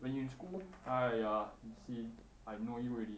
when you in school !aiya! you see I know you already